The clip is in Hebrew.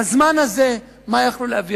בזמן הזה מה היו יכולים להביא,